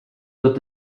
wird